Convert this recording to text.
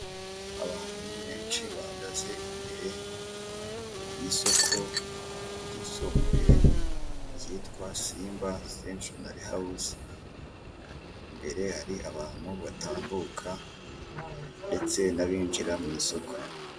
Abantu benshi bahagaze imbere y'isoko ryisumbuye ryitwa SIMBA senshoneri hawuzi, imbere hari abantu batambuka ndetse n'abinjira mu isoko.